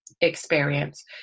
experience